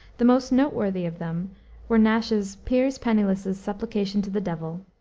the most noteworthy of them were nash's piers penniless's supplication to the devil,